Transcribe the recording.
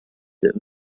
that